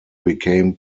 became